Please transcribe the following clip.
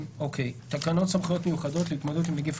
תקנות סמכויות מיוחדות להתמודדות עם נגיף